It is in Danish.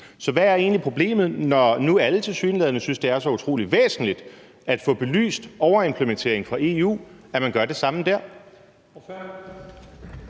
Så hvad er egentlig problemet, når nu alle tilsyneladende synes, det er så utrolig væsentligt at få belyst overimplementering fra EU, at man gør det samme der?